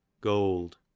gold